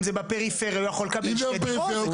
אם זה בפריפריה הוא יכול לקבל שתי דירות.